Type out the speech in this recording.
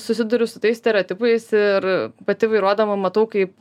susiduriu su tais stereotipais ir pati vairuodama matau kaip